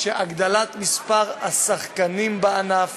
שהגדלת מספר השחקנים בענף